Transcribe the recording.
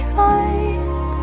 mind